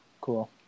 Cool